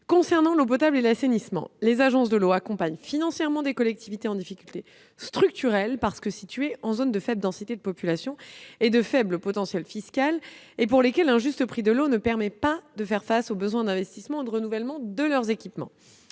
Concernant l'eau potable et l'assainissement, les agences de l'eau accompagnent financièrement des collectivités qui sont en difficulté structurelle parce qu'elles sont situées en zones de faible densité de population et de faible potentiel fiscal et pour lesquelles un juste prix de l'eau ne permet pas de faire face aux besoins d'investissement ou de renouvellement de leurs équipements.